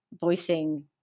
voicing